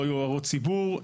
לא היו הערות ציבור,